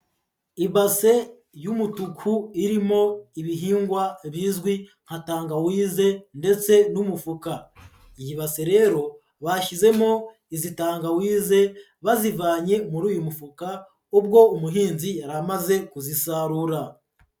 Ibase y'umutuku irimo ibihingwa bizwi nka tangawize ndetse n'umufuka, iyi base rero bashyizemo izi tangawize bazivanye muri uyu mufuka, ubwo umuhinzi yari amaze kuzisarura.